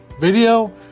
video